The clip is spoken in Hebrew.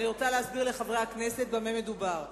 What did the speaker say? אני רוצה להסביר לחברי הכנסת במה מדובר.